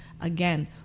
Again